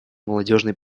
молодежной